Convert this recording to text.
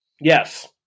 Yes